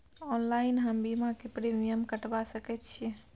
Online हम बीमा के प्रीमियम कटवा सके छिए?